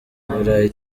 burayi